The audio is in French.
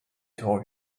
heureux